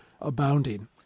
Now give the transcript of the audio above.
abounding